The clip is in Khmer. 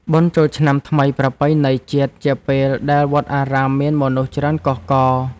បុណ្យចូលឆ្នាំថ្មីប្រពៃណីជាតិ ជាពេលដែលវត្តអារាមមានមនុស្សច្រើនកុះករ។